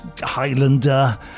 Highlander